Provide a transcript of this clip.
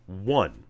One